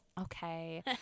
Okay